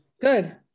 good